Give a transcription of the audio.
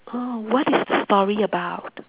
oh what is the story about